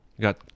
Got